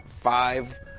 Five